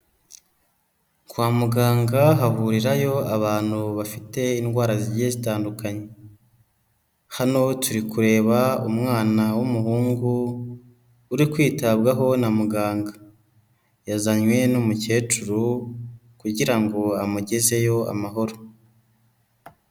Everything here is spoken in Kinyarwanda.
Kwa muganga hahurirayo abantu bafite indwara zigiye zitandukanye. Hano turi kureba umwana w'umuhungu uri kwitabwaho na muganga, yazanywe n'umukecuru kugira ngo amugezeyo amahoro.